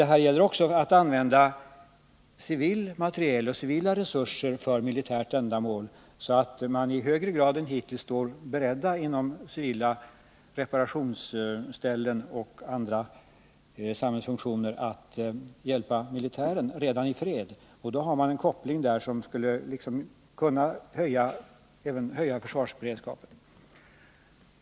Men det gäller också att använda civil materiel och civila resurser för militärt ändamål, så att man i högre grad än hittills står beredd inom civila reparationsställen och andra samhällsfunktioner att hjälpa militären redan i fred. Då har man en koppling till samhället som även skulle kunna höja försvarsberedskapen.